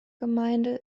gemeinde